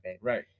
right